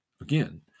again